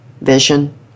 vision